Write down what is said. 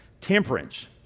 Temperance